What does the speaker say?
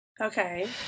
Okay